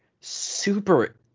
super